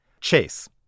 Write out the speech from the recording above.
Chase